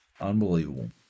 Unbelievable